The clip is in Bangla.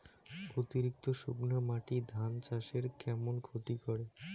অতিরিক্ত শুকনা মাটি ধান চাষের কেমন ক্ষতি করে?